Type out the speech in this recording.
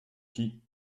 qui